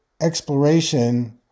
exploration